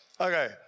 Okay